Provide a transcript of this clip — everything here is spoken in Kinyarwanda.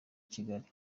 kigali